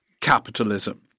capitalism